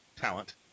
talent